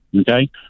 okay